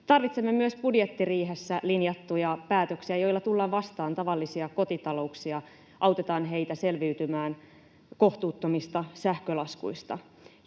Tarvitsemme myös budjettiriihessä linjattuja päätöksiä, joilla tullaan vastaan tavallisia kotitalouksia, autetaan niitä selviytymään kohtuuttomista sähkölaskuista.